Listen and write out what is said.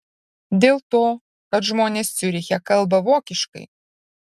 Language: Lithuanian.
dėl to kad žmonės ciuriche kalba vokiškai